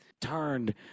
turned